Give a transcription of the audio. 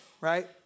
right